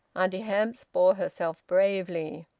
auntie hamps bore herself bravely.